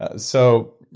ah so,